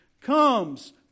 comes